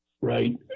Right